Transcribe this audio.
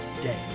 day